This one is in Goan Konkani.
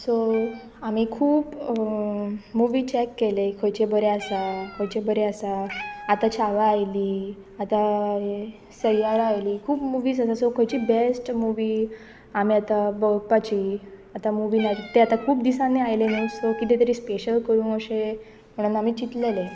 सो आमी खूब मुवी चॅक केले खंयचे बरें आसा खंयचे बरें आसा आतां छावा आयली आतां सयारा आयली खूब मुवीज आसा सो खंयची बेस्ट मुवी आमी आतां भोवपाची आतां मुवी ना ते आतां खूब दिसांनी आयले न्हू सो कितें तरी स्पेशल करूंक अशें म्हणन आमी चिंतलेलें